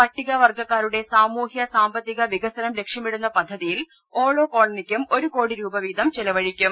പട്ടികവർഗ്ഗക്കാരുടെ സാമൂഹൃ സാമ്പത്തിക വികസനം ലക്ഷ്യമിടുന്ന പദ്ധതിയിൽ ഓരോ കോളനിയ്ക്കും ഒരു കോടി വീതം ചെലവഴിക്കും